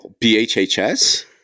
BHHS